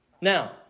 Now